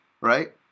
right